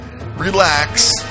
relax